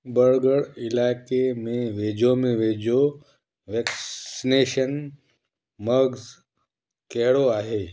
ॿरगढ़ इलाइक़े में वेझो में वेझो वैक्सनेशन मर्कज़ु कहिड़ो आहे